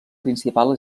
principal